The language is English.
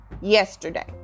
yesterday